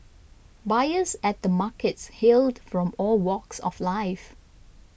buyers at the markets hailed from all walks of life